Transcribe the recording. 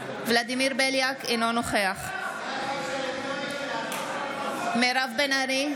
אינו נוכח מירב בן ארי,